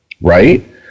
right